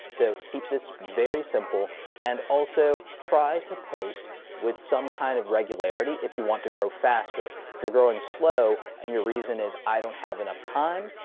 so keep this very simple and also try to post with some kind of regularity, if you want to grow faster. if you're growing slow and your reason is i don't have enough time,